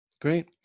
Great